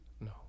no